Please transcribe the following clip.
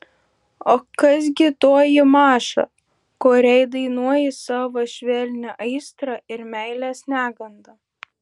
o kas gi toji maša kuriai dainuoji savo švelnią aistrą ir meilės negandą